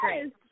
great